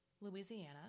Louisiana